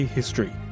History